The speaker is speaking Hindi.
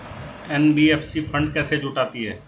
एन.बी.एफ.सी फंड कैसे जुटाती है?